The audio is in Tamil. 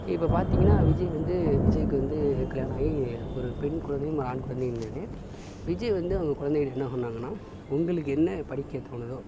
இப்போ பார்த்தீங்கனா விஜய் வந்து விஜய்க்கு வந்து கல்யாணம் ஆகி ஒரு பெண் குழந்தையும் ஒரு ஆண் குழந்தையும் உள்ளது விஜய் வந்து அவங்க குழந்தைகள் என்ன சொன்னாங்கனால் உங்களுக்கு என்ன படிக்க தோணுதோ